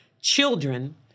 children